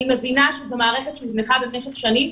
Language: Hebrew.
אני מבינה שזאת מערכת של תמיכה במשך שנים,